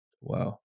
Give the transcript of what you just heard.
Wow